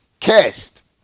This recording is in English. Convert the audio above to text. cursed